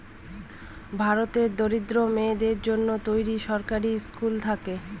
ভারতের দরিদ্র মেয়েদের জন্য তৈরী সরকারি স্কুল থাকে